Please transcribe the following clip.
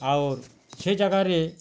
ଆଉର୍ ସେ ଯାଗାରେ